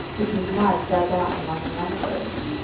which was mud dug out among the mangroves.